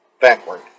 backward